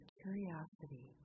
curiosity